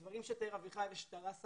הדברים שתיארו אביחי ושרה,